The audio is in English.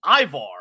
Ivar